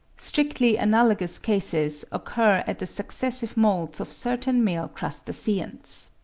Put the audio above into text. strictly analogous cases occur at the successive moults of certain male crustaceans.